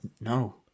no